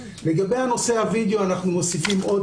לגבי נושא הווידאו אנחנו מוסיפים עוד